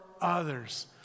others